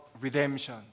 redemption